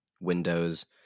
windows